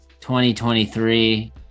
2023